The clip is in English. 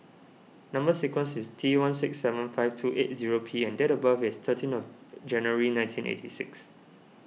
Number Sequence is T one six seven five two eight zero P and date of birth is thirteen of January nineteen eighty six